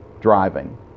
driving